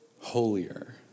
holier